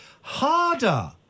harder